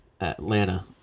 Atlanta